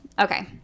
Okay